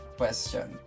question